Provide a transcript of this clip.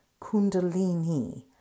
kundalini